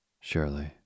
surely